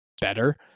better